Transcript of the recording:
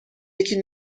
یکی